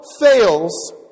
fails